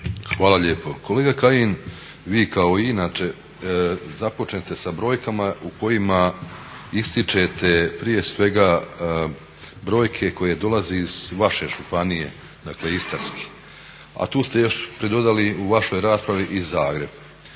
Hvala lijepo. Kolega Kajin, vi kao i inače započnete sa brojkama u kojima ističete prije svega brojke koje dolaze iz vaše županije, dakle Istarske a tu ste još pridodali u vašoj raspravi i Zagreb.